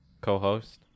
co-host